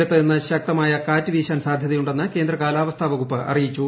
തീരത്ത് ഇന്ന് ശക്തിയായ കാറ്റ് വീശാൻ സാധ്യതയുണ്ടെന്ന് കേന്ദ്ര കാലാവസ്ഥാ വകുപ്പ് അറിയിച്ചു